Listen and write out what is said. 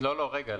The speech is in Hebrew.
לא, רגע.